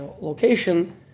location